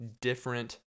different